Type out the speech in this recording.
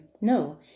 No